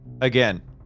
Again